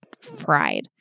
fried